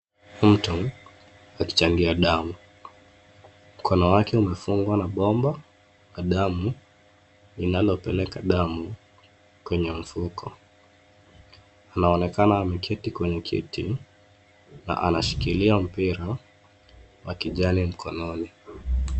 Mtu akichangia damu ,mkono wake umefungwa na bomba na damu linalopeleka damu kwenye mfuko. Anaonekana ameketi kwenye kiti na anashikilia mpira wa kijani mkononi.